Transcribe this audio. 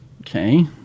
Okay